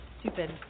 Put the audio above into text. stupid